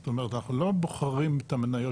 זאת אומרת אנחנו לא בוחרים את המניות